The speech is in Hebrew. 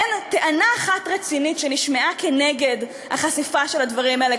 אין טענה אחת רצינית שנשמעה כנגד החשיפה של הדברים האלה.